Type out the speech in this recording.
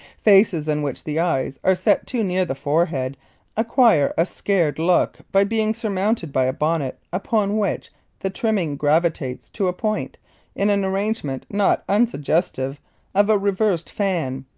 faces in which the eyes are set too near the forehead acquire a scared look by being surmounted by a bonnet upon which the trimming gravitates to a point in an arrangement not unsuggestive of a reversed fan,